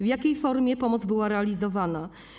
W jakiej formie pomoc była realizowana?